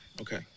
Okay